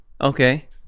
Okay